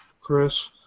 Chris